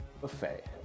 Buffet